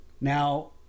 Now